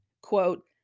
quote